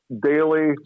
daily